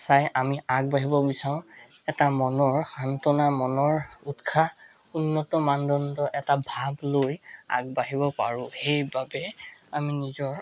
চাই আমি আগবাঢ়িব বিচাৰোঁ এটা মনৰ সান্তনা মনৰ উৎসাহ উন্নত মানদণ্ড এটা ভাৱ লৈ আগবাঢ়িব পাৰোঁ সেইবাবে আমি নিজৰ